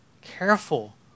Careful